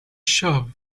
shop